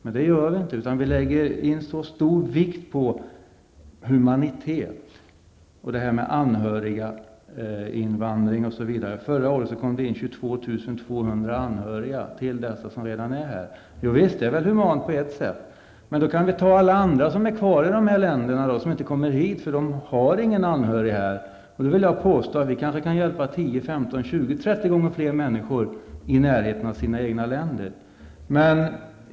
Men vi har inte gjort det, utan vi skall lägga en så stor vikt vid humanitet och tillåta anhöriginvandring. Förra året kom det hit 22 200 anhöriga till dem som redan är här. Visst är det humant på ett sätt, men hur är det med alla de andra som är kvar i sina länder och inte kan komma hit därför att de inte har anhöriga här? Jag vill påstå att vi kunde kanske hjälpa 10, 15, 20 eller 30 gånger fler människor i närheten av deras egna länder.